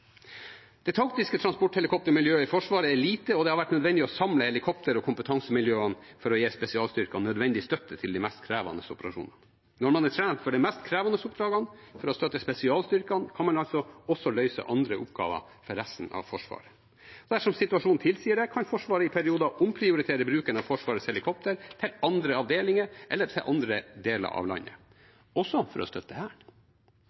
Det taktiske transporthelikoptermiljøet i Forsvaret er lite, og det har vært nødvendig å samle helikopter og kompetansemiljøet for å gi spesialstyrkene nødvendig støtte til de mest krevende operasjonene. Når man er trent for de mest krevende oppdragene for å støtte spesialstyrkene, kan man også løse alle andre oppgaver for resten av Forsvaret. Dersom situasjonen tilsier det, kan Forsvaret i perioder omprioritere bruken av Forsvarets helikoptre til andre avdelinger eller til andre deler av landet, også for å støtte Hæren.